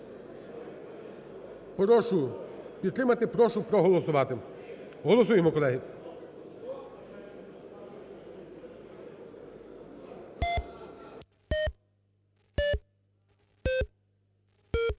Прошу підтримати, прошу проголосувати. Голосуємо, колеги.